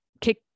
kick